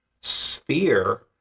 sphere